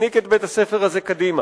הזניק את בית-הספר הזה קדימה.